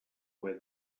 where